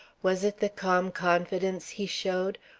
was it the calm confidence he showed,